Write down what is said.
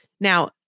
Now